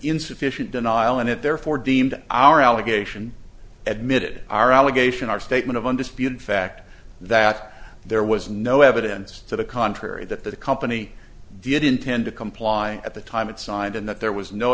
insufficient denial and it therefore deemed our allegation admitted our allegation our statement of undisputed fact that there was no evidence to the contrary that the company did intend to comply at the time it signed and that there was no